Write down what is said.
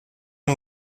uma